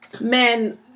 men